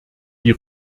die